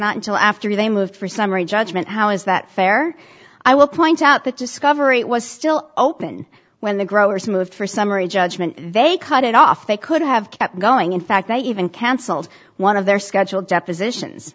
not until after they moved for summary judgment how is that fair i will point out that discovery was still open when the growers moved for summary judgment they cut it off they could have kept going in fact they even cancelled one of their scheduled depositions